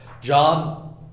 John